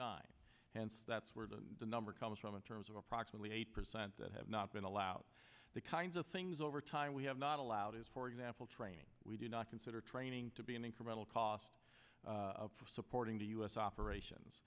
hence that's where the number comes from in terms of approximately eight percent that have not been allowed the kinds of things over time we have not allowed is for example training we do not consider training to be an incremental cost for supporting the u s operations